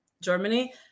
Germany